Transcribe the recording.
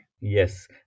Yes